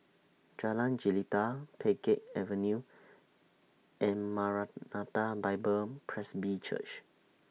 Jalan Jelita Pheng Geck Avenue and Maranatha Bible Presby Church